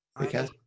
Okay